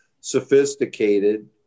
sophisticated